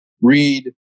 read